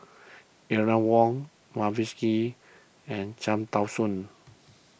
Eleanor Wong Mavis Hee and Cham Tao Soon